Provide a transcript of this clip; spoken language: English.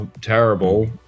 terrible